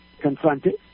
confronted